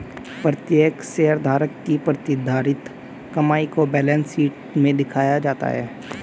प्रत्येक शेयरधारक की प्रतिधारित कमाई को बैलेंस शीट में दिखाया जाता है